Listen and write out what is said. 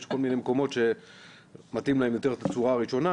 יש כל מיני מקומות שמתאים להם יותר התצורה הראשונה,